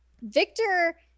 Victor